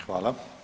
Hvala.